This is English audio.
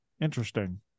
Interesting